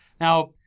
Now